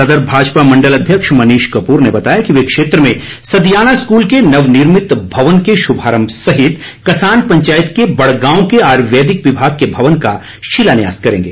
सदर भाजपा मंडल अध्यक्ष मनीष कपूर ने बताया कि वे क्षेत्र में सदियाना स्कूल के नवनिर्मित भवन के शुभारम्भ सहित कसान पंचायत के बड़गांव के आयुर्वेदिक विभाग के भवन का शिलान्यास करेंगे